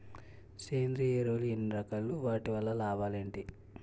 సేంద్రీయ ఎరువులు ఎన్ని రకాలు? వాటి వల్ల లాభాలు ఏంటి?